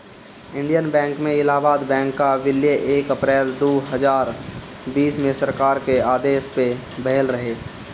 Indian bank में Allahabad bank कअ विलय एक अप्रैल दू हजार बीस में सरकार के आदेश पअ भयल रहे